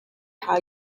how